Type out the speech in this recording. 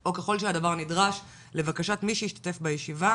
או ככל שהדבר נדרש לבקשת מי שהשתתף בישיבה,